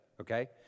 Okay